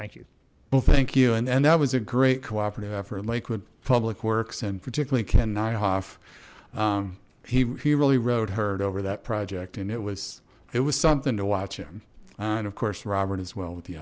thank you well thank you and and that was a great cooperative effort lakewood public works and particularly ken nyhof he really rode herd over that project and it was it was something to watch him and of course robert as well with the